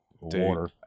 Water